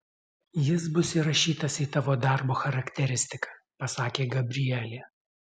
jis bus įrašytas į tavo darbo charakteristiką pasakė gabrielė